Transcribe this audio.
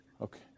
Okay